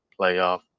playoff